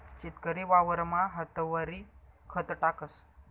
शेतकरी वावरमा हातवरी खत टाकस